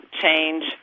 change